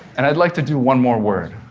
and i'd like to do one more word.